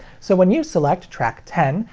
so when you select track ten,